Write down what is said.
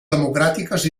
democràtiques